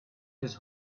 his